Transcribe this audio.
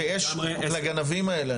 ויש לגנבים האלה,